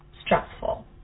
stressful